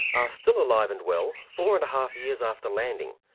are still alive and well four-and-a-half years after landing,